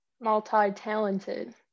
multi-talented